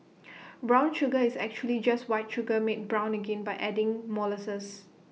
brown sugar is actually just white sugar made brown again by adding molasses